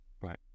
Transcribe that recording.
Right